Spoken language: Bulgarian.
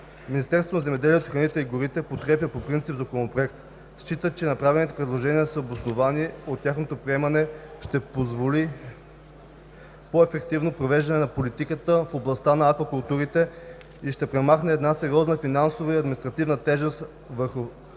Министерството на земеделието, храните и горите подкрепя по принцип Законопроекта. Счита, че направените предложения са обосновани, че тяхното приемане ще позволи по-ефективно провеждане на политиката в областта на аквакултурите и ще премахне една сериозна финансова и административна тежест върху малките